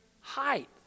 height